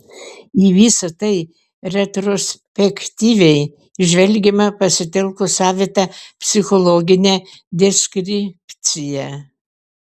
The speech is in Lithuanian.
į visa tai retrospektyviai žvelgiama pasitelkus savitą psichologinę deskripciją